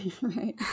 right